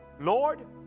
Lord